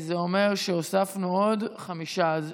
זה אומר שהוספנו עוד חמישה.